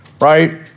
right